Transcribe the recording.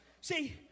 See